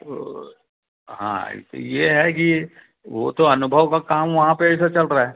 तो हाँ ये है कि वो तो अनुभव का काम वहाँ पर ऐसा चल रहा है